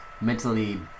mentally